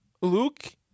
Luke